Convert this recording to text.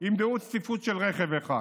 תמנע צפיפות של רכב אחד,